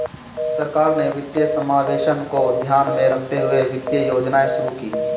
सरकार ने वित्तीय समावेशन को ध्यान में रखते हुए वित्तीय योजनाएं शुरू कीं